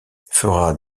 fera